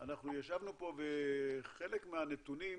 אנחנו ישבנו פה וחלק מהנתונים